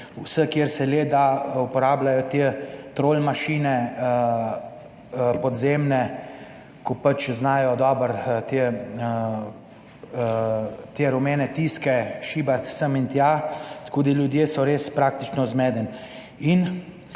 vse, kjer se le da, uporabljajo te trolmašine, podzemne, ko pač znajo dobro te rumene tiske šibati sem in tja, tako da ljudje so res praktično zmedeni, in